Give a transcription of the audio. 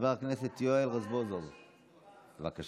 חבר הכנסת יואל רזבוזוב, בבקשה.